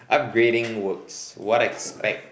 upgrading works what expect